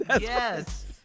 Yes